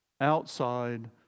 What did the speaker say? outside